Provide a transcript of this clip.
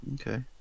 okay